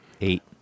eight